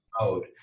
mode